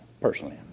personally